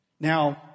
Now